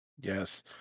Yes